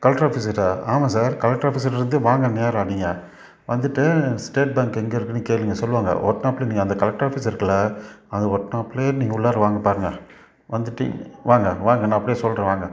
collector office கிட்டே ஆமாம் sir collector office கிட்டேயிருந்தே வாங்க நேராக நீங்கள் வந்துட்டு ஸ்டேட் பேங்க் எங்கே இருக்குதுன்னு கேளுங்க சொல்லுவாங்க ஒட்டுனாப்பிலே நீங்கள் அந்த கலெக்டர் ஆஃபீஸ் இருக்கில்ல அது ஒட்டுனாப்பிலே நீங்கள் உள்ளார வாங்க பாருங்க வந்துட்டு வாங்க வாங்க நான் அப்படியே சொல்கிறேன் வாங்க